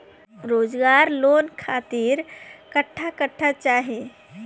रोजगार लोन खातिर कट्ठा कट्ठा चाहीं?